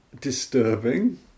disturbing